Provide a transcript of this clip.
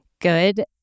good